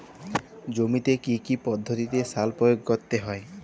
জমিতে কী কী পদ্ধতিতে সার প্রয়োগ করতে হয়?